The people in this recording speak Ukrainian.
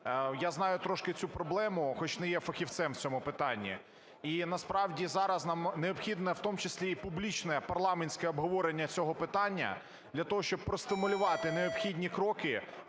Я знаю трошки цю проблему, хоч не є фахівцем в цьому питанні. І насправді зараз нам необхідне в тому числі і публічне парламентське обговорення цього питання для того, щоб простимулювати необхідні кроки